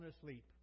asleep